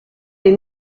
les